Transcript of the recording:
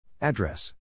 Address